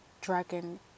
dragon